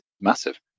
massive